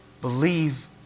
Believe